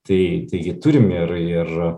tai taigi turim ir ir